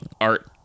art